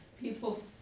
people